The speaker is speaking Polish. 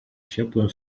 ciepłem